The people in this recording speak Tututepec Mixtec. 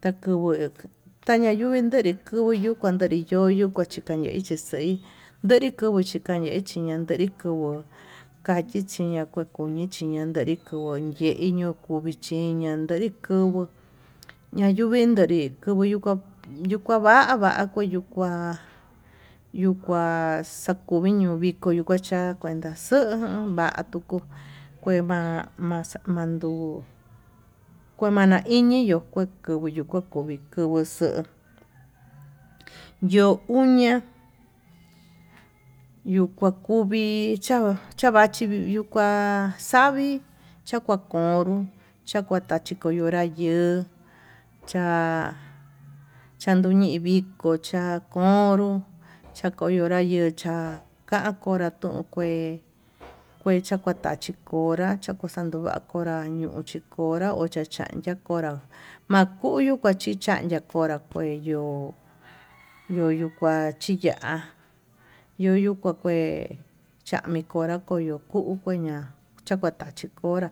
Kakuvuu tañanre kuantanri yo'ó yuyu kuachondei xixaí ñanri kuvuu chikandei xaxei, kuvuu kakeñi chiña'a kañe chiña'a kuvuu ndiko yeiñu kuvuu vichiña ndeí kuvuu ñayuventanri kuvuu nduku, yuva va'a kuu yuu kuá xakuño yuu viko tukua cha'a, ya'a kuenta xuu vatuku kuava'a maxa manduu kuanama iñiyo kué kuvuu yuka kuvii kuvuu xo'o yo'o uñia yuu kua kuvi cha chavachi yukua, xavii chakua kunró chakua tachi konra yuu cha'a chandondi viko cha'a konro chakonro ya'a vee cha'a ka'a konra tuu kué takua tachi konra yuu koxando va'a konra ñuchi ko'o, konra ocha chancha konrá makuyu kuachin chancha konrá kueyo yuyu kua chí ya'a yuyu kua kué chami konrá kuyo'o kuu kueña takua chachí konrá